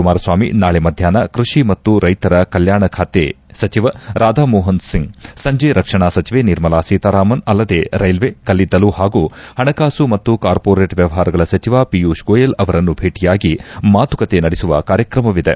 ಕುಮಾರಸ್ವಾಮಿ ನಾಳೆ ಮಧ್ಯಾಷ್ನ ಕೈಷಿ ಮತ್ತು ರೈತರ ಕಲ್ಕಾಣ ಖಾತೆ ಸಚವ ರಾಧಾಮೋಹನ್ ಸಿಂಗ್ ಸಂಜೆ ರಕ್ಷಣಾ ಸಚಿವೆ ನಿರ್ಮಾಲಾ ಸೀತಾರಾಮನ್ ಅಲ್ಲದೇ ರೈಲ್ವೆ ಕಲ್ಲಿದ್ದಲು ಹಾಗೂ ಹಣಕಾಸು ಮತ್ತು ಕಾರ್ಸೋರೇಟ್ ವ್ವವಹಾರಗಳ ಸಚಿವ ಪಿಯೂಷ್ ಗೋಯಲ್ ಅವರನ್ನು ಭೇಟಿಯಾಗಿ ಮಾತುಕತೆ ನಡೆಸುವ ಕಾರ್ಯಕ್ರಮವಿದೆ